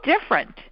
different